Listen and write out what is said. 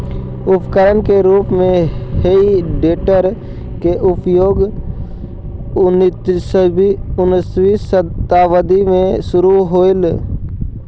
उपकरण के रूप में हेइ टेडर के प्रयोग उन्नीसवीं शताब्दी में शुरू होलइ